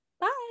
Bye